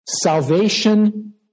Salvation